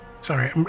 Sorry